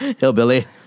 Hillbilly